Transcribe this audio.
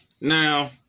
Now